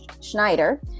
Schneider